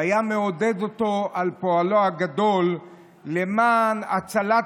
והיה מעודד אותו על פועלו הגדול למען הצלת